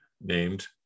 named